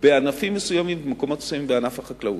בענפים מסוימים, ובמקומות מסוימים בענף החקלאות.